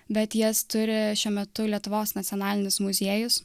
bet jas turi šiuo metu lietuvos nacionalinis muziejus